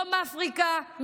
דרום אפריקה,